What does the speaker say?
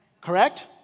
correct